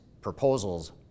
proposals